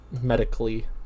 medically